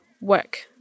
work